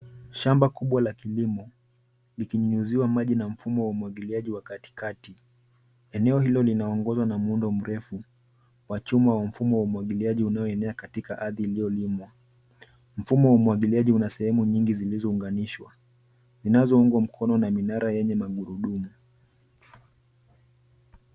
Shamba kubwa la kililmo likinyunyiziwa maji na mfumo wa umwagiliaji wa katikati. Eneo hilo linaongozwa na muundo mrefu wa chuma wa mfumo wa umwagiliajia unaoenea katika ardhi iliyolimwa, Mfumo wa umwagiliaji una sehemu nyingi zilizounganishwa, zinazoungwa mkono na minara yenye magurudumu.